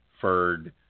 furred –